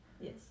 Yes